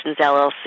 LLC